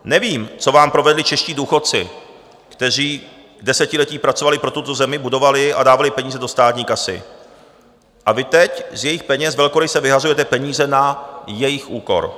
Nevím, co vám provedli čeští důchodci, kteří desetiletí pracovali pro tuto zemi, budovali ji a dávali peníze do státní kasy, a vy teď z jejich peněz velkoryse vyhazujete peníze na jejich úkor.